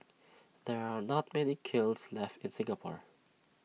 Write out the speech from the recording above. there are not many kilns left in Singapore